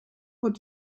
what